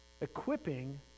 Equipping